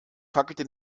fackelte